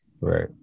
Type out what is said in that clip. Right